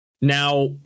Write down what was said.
Now